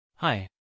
Hi